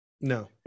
No